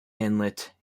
inlet